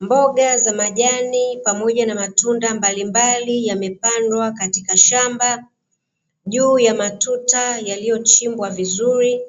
Mboga za majani pamoja na matunda mbalimbali yamepandwa katika shamba juu ya matuta yaliyo chimbwa vizuri